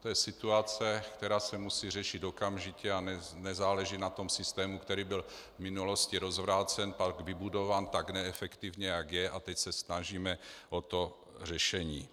To je situace, která se musí řešit okamžitě, a nezáleží na systému, který byl v minulosti rozvrácen, pak vybudován tak neefektivně, jak je, a teď se snažíme o řešení.